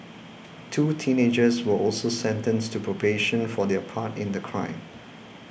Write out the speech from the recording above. two teenagers were also sentenced to probation for their part in the crime